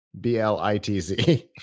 B-L-I-T-Z